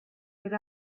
but